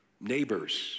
neighbors